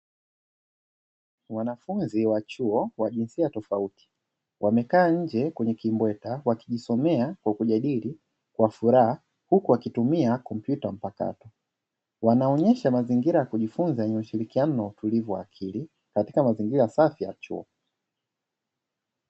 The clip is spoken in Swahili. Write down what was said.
Wanafunzi wa chuo wa jinsia tofauti wamekaa nje kwenye kimbweta wakijisomea kwa kujadili kwa furaha huku wakitumia kompyuta mpakato. Wanaonyesha mazingira ya kujifunza yenye ushirikiano na utulivu wa akili katika mazingira safi ya chuo.